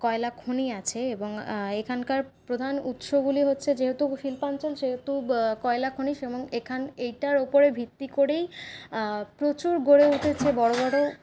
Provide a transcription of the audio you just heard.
কয়লা খনি আছে এবং এখানকার প্রধান উৎসগুলি হচ্ছে যেহেতু শিল্পাঞ্চল সেহেতু কয়লা খনি এবং এখান এইটার ওপরে ভিত্তি করেই প্রচুর গড়ে উঠেছে বড়ো বড়ো